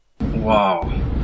Wow